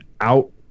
out